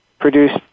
produced